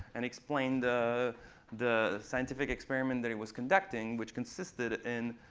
and explained the the scientific experiment that he was conducting, which consisted in